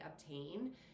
obtain